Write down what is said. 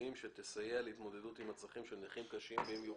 סעודיים שתסייע להתמודדות עם הצרכים של נכים קשים במיוחד.